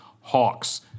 Hawks